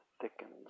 thickens